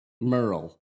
Merle